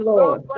Lord